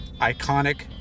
Iconic